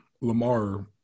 Lamar